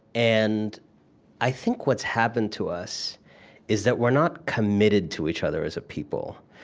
and i think what's happened to us is that we're not committed to each other as a people,